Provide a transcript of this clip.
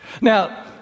Now